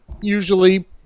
usually